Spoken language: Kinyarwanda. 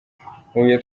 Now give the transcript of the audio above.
huye